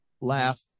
Laugh